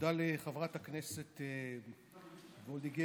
תודה לחברת הכנסת וולדיגר.